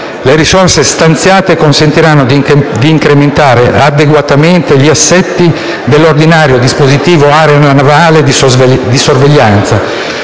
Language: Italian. Le risorse stanziate consentiranno di incrementare adeguatamente gli assetti dell'ordinario dispositivo aeronavale di sorveglianza